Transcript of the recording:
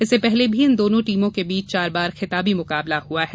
इससे पहले भी इन दोनों टीमों के बीच चार बार खिताबी मुकाबला हुआ है